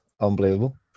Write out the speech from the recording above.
unbelievable